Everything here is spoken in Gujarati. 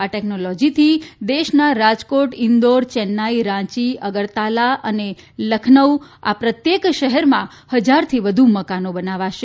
આ ટેકનોલોજીથી દેશના રાજકોટઇંદોર ચેન્નાઇ રાંચી અગરતાલા અને લખનઉ પ્રત્યેક શહેરમાં હજારથી વધુ મકાનો બનાવાશે